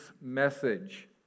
message